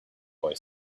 boy